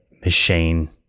machine